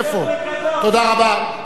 תודה רבה.